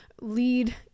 lead